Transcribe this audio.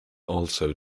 also